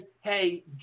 hey